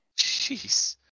Jeez